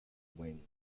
wing